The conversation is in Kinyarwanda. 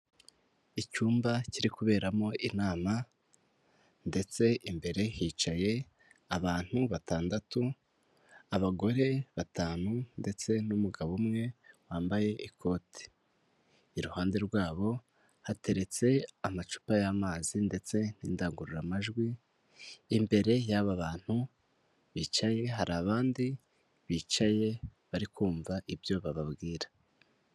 Icyumba kiri kuberamo inama ndetse imbere hicaye abantu batandatu, abagore batanu ndetse n'umugabo umwe wambaye ikoti, iruhande rwabo hateretse amacupa y'amazi ndetse n'indangururamajwi, imbere y'aba bantu bicaye, hari abandi bantu bicaye bari kumva ibyo bababwira.